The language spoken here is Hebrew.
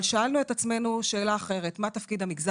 אבל שאלנו את עצמנו שאלה אחרת: מה תפקיד המגזר